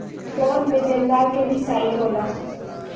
bond में देनदार के भी साइन होला